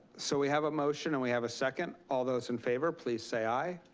so we have a motion and we have a second, all those in favor please say aye.